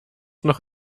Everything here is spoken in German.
noch